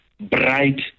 bright